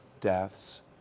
deaths